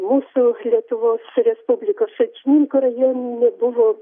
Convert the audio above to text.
mūsų lietuvos respublikos šalčininkų rajone nebuvo